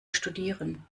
studieren